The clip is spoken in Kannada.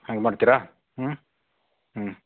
ಹಾಗೆ ಮಾಡ್ತೀರಾ ಹ್ಞೂ ಹ್ಞೂ